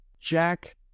Jack